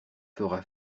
fera